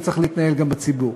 וצריך להתנהל גם בציבור.